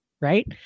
Right